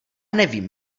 nevím